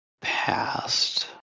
past